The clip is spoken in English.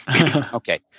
Okay